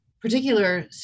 particular